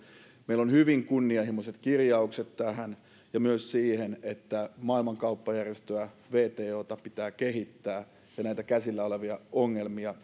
meillä on hyvin kunnianhimoiset kirjaukset tähän ja myös siihen että maailman kauppajärjestöä wtota pitää kehittää ja näitä käsillä olevia ongelmia